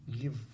give